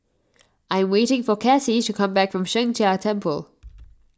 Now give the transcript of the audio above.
I am waiting for Kassie to come back from Sheng Jia Temple